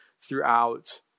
throughout